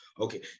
okay